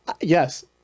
yes